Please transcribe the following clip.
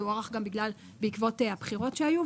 וזה הוארך בעקבות הבחירות שהיו.